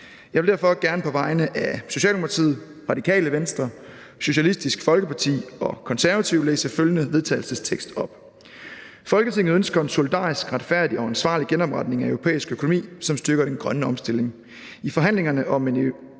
Jeg vil derfor gerne på vegne af Socialdemokratiet, Radikale Venstre, Socialistisk Folkeparti og Konservative læse følgende: Forslag til vedtagelse »Folketinget ønsker en solidarisk, retfærdig og ansvarlig genopretning af europæisk økonomi, som styrker den grønne omstilling.